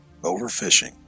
overfishing